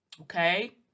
okay